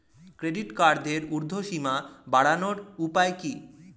Credit কার্ডের উর্ধ্বসীমা বাড়ানোর উপায় কি?